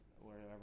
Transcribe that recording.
wherever